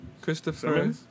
christopher